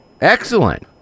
Excellent